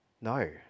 No